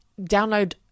download